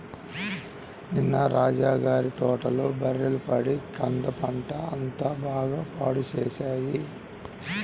నిన్న రాజా గారి తోటలో బర్రెలు పడి కంద పంట అంతా బాగా పాడు చేశాయి